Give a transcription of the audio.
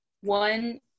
one